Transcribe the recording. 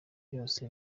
byose